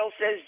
says